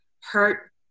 hurt